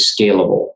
scalable